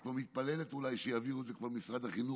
את כבר מתפללת אולי שיעבירו את זה למשרד החינוך,